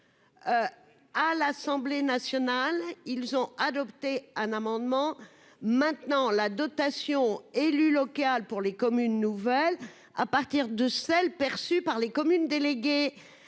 à l'Assemblée nationale, ils ont adopté un amendement maintenant la dotation élu local pour les comme une nouvelle à partir de celle perçue par les communes déléguées